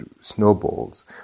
snowballs